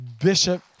bishop